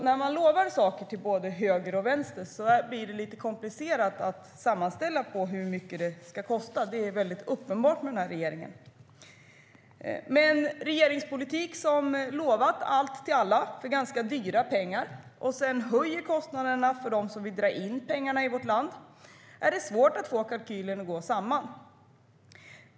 När man lovar saker åt både höger och vänster blir det lite komplicerat att sammanställa hur mycket det ska kosta. Det är väldigt uppenbart med den här regeringen. Med en regeringspolitik som lovat allt till alla för ganska dyra pengar och sedan höjer kostnaderna för dem som vill dra in pengarna i vårt land är det svårt att få kalkylen att gå samman.